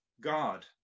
god